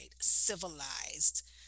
Civilized